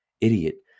idiot